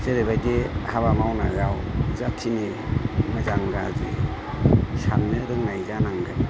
जेरैबायदि हाबा मावनायाव जाथिनि मोजां गाज्रि सान्नो रोंनाय जानांगोन